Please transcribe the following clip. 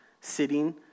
sitting